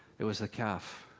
it was a calf,